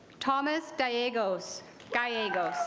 thomas diagnosed guy ah go.